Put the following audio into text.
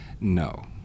No